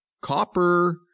Copper